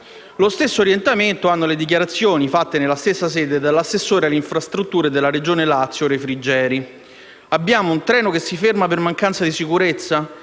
Lo stesso orientamento hanno le dichiarazioni fatte nella stessa sede dall'assessore alle infrastrutture della Regione Lazio Refrigeri: «Abbiamo un treno che si ferma per mancanza di sicurezza?